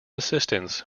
assistance